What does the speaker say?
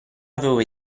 avevo